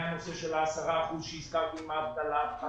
מהנושא של ה-10 אחוזים שהזכרתי עם האבטלה.